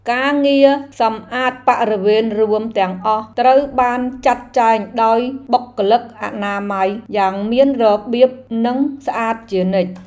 ការងារសម្អាតបរិវេណរួមទាំងអស់ត្រូវបានចាត់ចែងដោយបុគ្គលិកអនាម័យយ៉ាងមានរបៀបនិងស្អាតជានិច្ច។